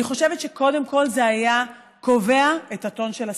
אני חושבת שקודם כול זה היה קובע את הטון של השיח.